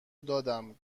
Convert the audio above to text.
دادم